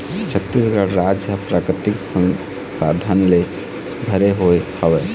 छत्तीसगढ़ राज ह प्राकृतिक संसाधन ले भरे हुए हवय